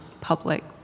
public